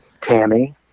Tammy